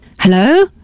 Hello